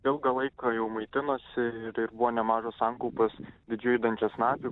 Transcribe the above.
ilgą laiką jau maitinosi ir ir buvo nemažos sankaupos didžiųjų dančiasnapių